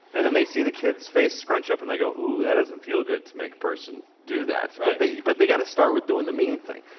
and then they see the kid's face scrunch up and they go, ooh, that doesn't feel good to make person do that, but they got to start with doing the mean thing.